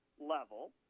level